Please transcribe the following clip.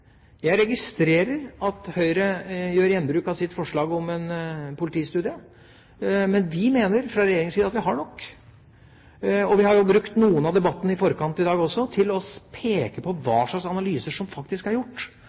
Jeg registrerer at Høyre gjør gjenbruk av sitt forslag om en politistudie, men vi mener fra regjeringas side at vi har nok. Vi har brukt noen av debattene i forkant i dag også til å peke på hva slags analyser som faktisk er